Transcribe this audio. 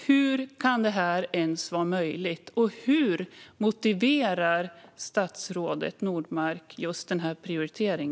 Hur kan detta ens vara möjligt, och hur motiverar statsrådet Nordmark denna prioritering?